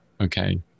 okay